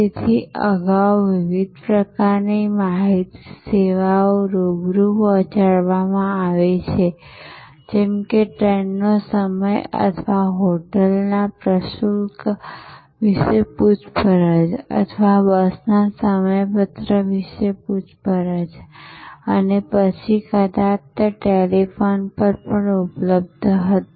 તેથી અગાઉ વિવિધ પ્રકારની માહિતી સેવાઓ રૂબરૂ પહોંચાડવામાં આવી છે જેમ કે ટ્રેનનો સમય અથવા હોટલના પ્રશુલ્ક વિશે પૂછપરછ અથવા બસના સમયપત્રક વિશે પૂછપરછ વગેરે અને પછી કદાચ તે ટેલિફોન પર ઉપલબ્ધ હતી